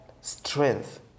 strength